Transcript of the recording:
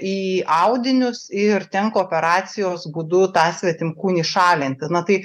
į audinius ir tenka operacijos būdu tą svetimkūnį šalinti na tai